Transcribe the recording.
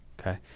Okay